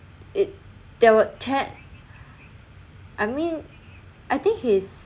it there were ten I mean I think he's